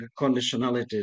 conditionalities